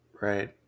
right